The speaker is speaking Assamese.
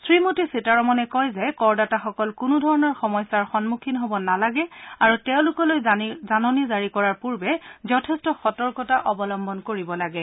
শ্ৰীমতী সীতাৰমণে কয় যে কৰদাতাসকল কোনোধৰণৰ সমস্যাৰ সন্মুখীন হ'ব নালাগে আৰু তেওঁলোকলৈ জাননী জাৰি কৰাৰ পূৰ্বে যথেষ্ট সতৰ্কতা অৱলম্বন কৰিব লাগে